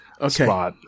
okay